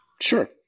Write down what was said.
Sure